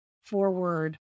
forward